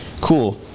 cool